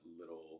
little